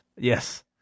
Yes